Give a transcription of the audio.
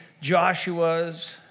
Joshua's